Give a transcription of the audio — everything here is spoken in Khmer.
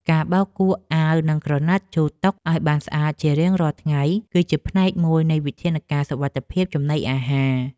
ការបោកគក់អាវនិងក្រណាត់ជូតតុឱ្យបានស្អាតជារៀងរាល់ថ្ងៃ គឺជាផ្នែកមួយនៃវិធានការសុវត្ថិភាពចំណីអាហារ។